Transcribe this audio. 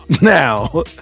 Now